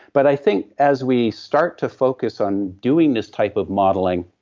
but i think as we start to focus on doing this type of modeling,